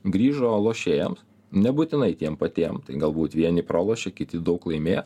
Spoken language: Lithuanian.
grįžo lošėjams nebūtinai tiem patiem galbūt vieni pralošė kiti daug laimėjo